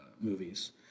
movies